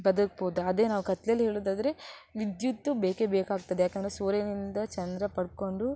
ಬದುಕ್ಬೋದು ಅದೇ ನಾವು ಕತ್ತಲೆಯಲ್ಲಿ ಹೇಳುವುದಾದ್ರೆ ವಿದ್ಯುತ್ ಬೇಕೇ ಬೇಕಾಗ್ತದೆ ಯಾಕೆಂದ್ರೆ ಸೂರ್ಯನಿಂದ ಚಂದ್ರ ಪಡಕೊಂಡು